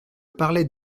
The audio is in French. parlais